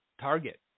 Target